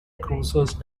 cruisers